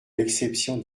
l’exception